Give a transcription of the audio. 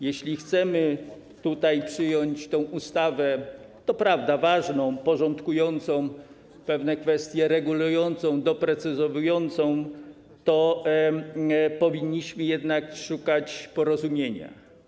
Jeśli chcemy przyjąć tę ustawę - to prawda: ważną, porządkującą pewne kwestie, regulującą, doprecyzowującą - powinniśmy jednak szukać porozumienia.